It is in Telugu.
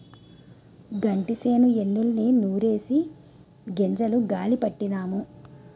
గంటిసేను ఎన్నుల్ని నూరిసి గింజలు గాలీ పట్టినాము